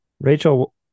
Rachel